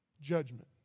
judgment